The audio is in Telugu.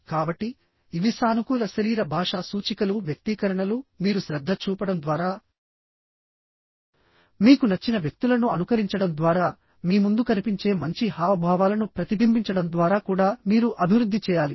కాబట్టి ఇవి సానుకూల శరీర భాషా సూచికలు వ్యక్తీకరణలు మీరు శ్రద్ధ చూపడం ద్వారా మీకు నచ్చిన వ్యక్తులను అనుకరించడం ద్వారా మీ ముందు కనిపించే మంచి హావభావాలను ప్రతిబింబించడం ద్వారా కూడా మీరు అభివృద్ధి చేయాలి